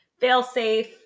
fail-safe